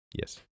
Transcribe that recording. Yes